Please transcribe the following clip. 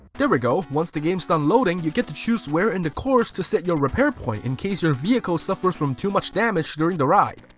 there we go. once the game's done loading you get to choose where in the course to set your repair point in case your vehicle suffers from too much damage during the ride.